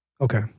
Okay